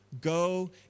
Go